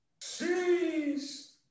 Jeez